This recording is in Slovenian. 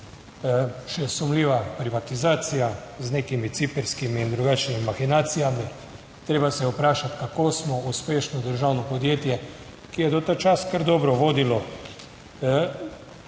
Še sumljiva privatizacija, z nekimi ciprskimi in drugačnimi mahinacijami. Treba se je vprašati, kako smo uspešno državno podjetje, ki je ta čas kar dobro vodilo